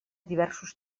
diversos